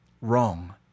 Wrong